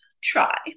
try